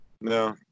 No